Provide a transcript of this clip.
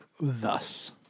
thus